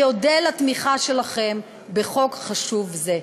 אני אודה על תמיכה שלכם בחוק חשוב זה.